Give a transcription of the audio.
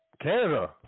Canada